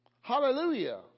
Hallelujah